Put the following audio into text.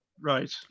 Right